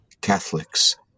Catholics